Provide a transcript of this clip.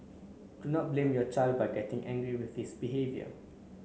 do not blame your child by getting angry with his behaviour